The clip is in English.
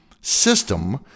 system